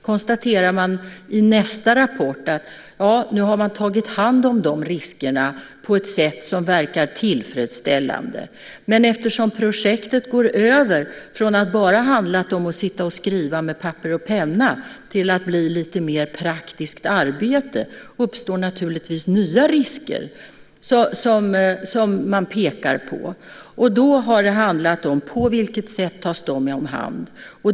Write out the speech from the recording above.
I nästa rapport konstaterade man att man hade tagit hand om de riskerna på ett sätt som verkar tillfredsställande. Eftersom projektet går över från att bara handla om att skriva med papper och penna till att bli lite mer praktiskt arbete, uppstår naturligtvis nya risker, som man pekar på. Det har handlat om på vilket sätt de tas om hand.